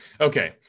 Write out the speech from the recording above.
Okay